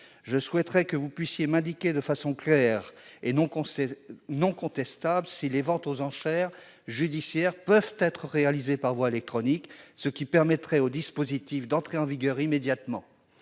Je souhaite que vous puissiez m'indiquer de façon claire et non contestable si les ventes aux enchères judiciaires peuvent être réalisées par voie électronique, ce qui permettrait aux dispositifs d'entrer en vigueur immédiatement.